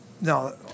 no